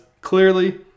clearly